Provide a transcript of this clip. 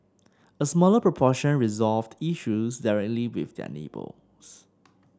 a smaller proportion resolved issues directly with their neighbours